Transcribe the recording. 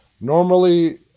Normally